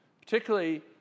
Particularly